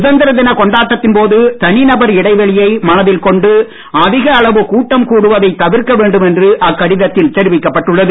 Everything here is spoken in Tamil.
சுதந்திர தின கொண்டாட்டத்தின் போது தனிநபர் இடைவெளியை மனதில் கொண்டு அதிக அளவு கூட்டம் கூடுவதை தவிர்க்க வேண்டும் என்று அக்கடிதத்தில் தெரிவிக்கப்பட்டுள்ளது